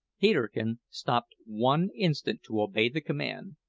peterkin stopped one instant to obey the command,